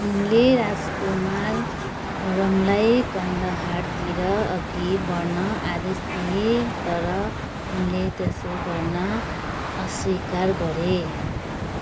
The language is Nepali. उनले राजकुमार खुर्रमलाई कान्दाहारतिर अघि बढ्न आदेश दिए तर उनले त्यसो गर्न अस्वीकार गरे